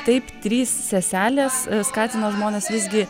taip trys seselės skatino žmones visgi